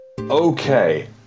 Okay